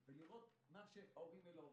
בלילה ולראות את מה שההורים האלה עוברים.